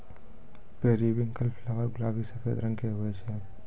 periwinkle flower गुलाबी सफेद रंग के हुवै छै